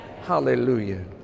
Hallelujah